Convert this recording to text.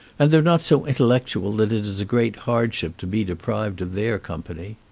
and they're not so intellectual that it is a great hard ship to be deprived of their company.